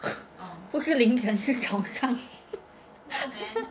不是凌晨是早上